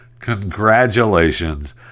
Congratulations